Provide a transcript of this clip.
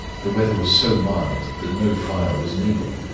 the weather was so mild that no fire was needed.